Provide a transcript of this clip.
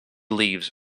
leaves